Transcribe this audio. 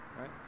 right